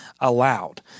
allowed